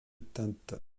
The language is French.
teinte